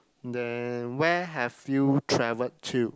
then where have you travelled to